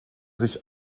sich